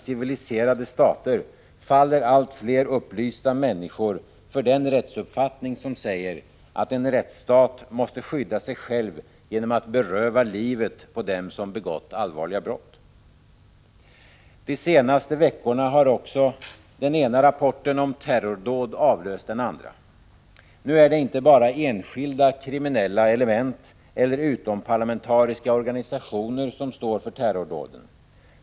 civiliserade stater faller allt fler upplysta människor för den rättsuppfattning som säger att en rättsstat måste skydda sig själv genom att beröva dem livet som begått allvarliga brott. De senaste veckorna har den ena rapporten om terrordåd avlöst den andra. Nu är det inte bara enskilda kriminella element eller utomparlamentariska organisationer som står för terrordåden.